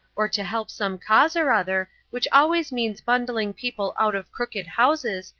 or to help some cause or other, which always means bundling people out of crooked houses,